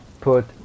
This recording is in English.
put